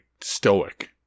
stoic